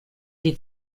die